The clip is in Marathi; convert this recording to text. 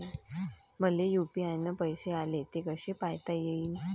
मले यू.पी.आय न पैसे आले, ते कसे पायता येईन?